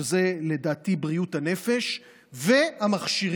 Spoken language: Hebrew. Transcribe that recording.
שזה לדעתי בריאות הנפש והמכשירים.